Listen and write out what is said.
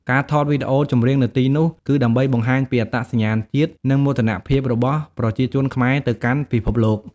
ការថតវីដេអូចម្រៀងនៅទីនោះ គឺដើម្បីបង្ហាញពីអត្តសញ្ញាណជាតិ និងមោទនភាពរបស់ប្រជាជនខ្មែរទៅកាន់ពិភពលោក។